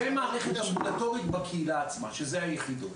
זה המערכת הרגולטורית בקהילה עצמה, שזה היחידות.